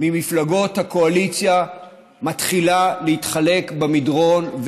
ממפלגות הקואליציה מתחילה להחליק במדרון,